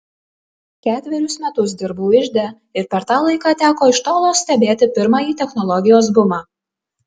ketverius metus dirbau ižde ir per tą laiką teko iš tolo stebėti pirmąjį technologijos bumą